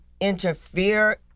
interfere